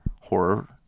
horror